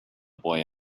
boy